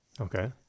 Okay